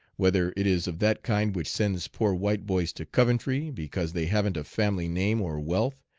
whether it is of that kind which sends poor white boys to coventry, because they haven't a family name or wealth,